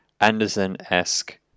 Anderson-esque